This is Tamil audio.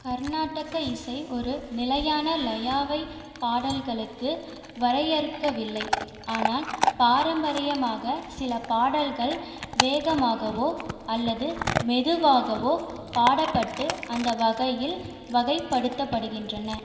கர்நாடக இசை ஒரு நிலையான லயாவை பாடல்களுக்கு வரையறுக்கவில்லை ஆனால் பாரம்பரியமாக சில பாடல்கள் வேகமாகவோ அல்லது மெதுவாகவோ பாடப்பட்டு அந்த வகையில் வகைப்படுத்தப்படுகின்றன